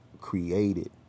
created